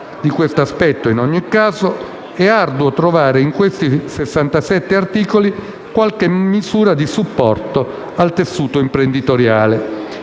di questo aspetto, in ogni caso, è arduo trovare in questi 67 articoli qualche misura di supporto al tessuto imprenditoriale.